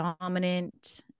dominant